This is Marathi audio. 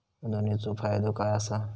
गुंतवणीचो फायदो काय असा?